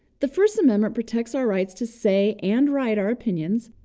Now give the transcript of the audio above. the first amendment protects our rights to say and write our opinions,